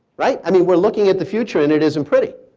right. i mean, we're looking at the future and it isn't pretty.